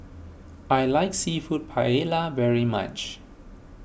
I like Seafood Paella very much